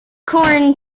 corn